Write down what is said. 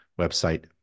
website